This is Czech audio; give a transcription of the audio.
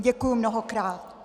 Děkuji mnohokrát.